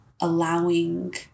allowing